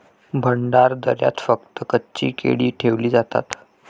भंडारदऱ्यात फक्त कच्ची केळी ठेवली जातात